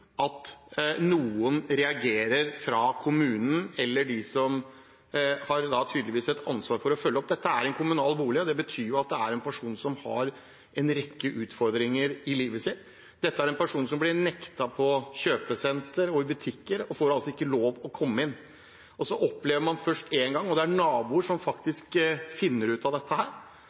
at noen fra kommunen eller de som tydeligvis har et ansvar for å følge opp, reagerer. Dette er en kommunal bolig, og det betyr at det er en person som har en rekke utfordringer i livet sitt. Dette er en person som blir nektet å komme inn på kjøpesenter og i butikker, som altså ikke får lov å komme inn. Man opplever det først én gang, og det er naboer som faktisk finner ut av